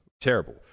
terrible